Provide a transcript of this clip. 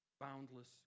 boundless